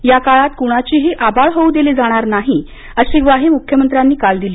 याकाळात क्णाचीही आबाळ होऊ देणार नसल्याची ग्वाही मुख्यमंत्र्यांनी काल दिली